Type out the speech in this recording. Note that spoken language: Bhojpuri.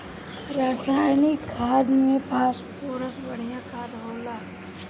रासायनिक खाद में फॉस्फोरस बढ़िया खाद होला